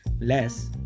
less